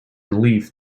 leafed